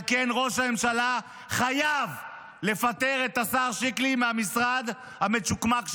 על כן ראש הממשלה חייב לפטר את השר שיקלי מהמשרד המצ'וקמק שלו,